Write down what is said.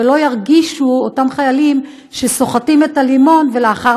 ולא ירגישו אותם חיילים שסוחטים את הלימון ולאחר